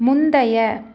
முந்தைய